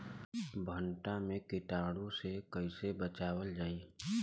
भनटा मे कीटाणु से कईसे बचावल जाई?